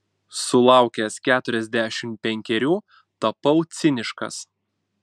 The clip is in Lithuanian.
sulaukęs keturiasdešimt penkerių tapau ciniškas